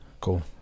cool